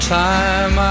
time